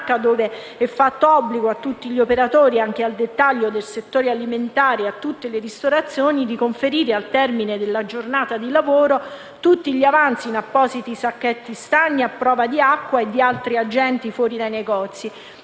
dove è fatto obbligo a tutti gli operatori - anche al dettaglio - del settore alimentare e a tutte le ristorazioni di conferire, al termine della giornata di lavoro, tutti gli avanzi in appositi sacchetti stagni, a prova di acqua e di altri agenti, fuori dai negozi.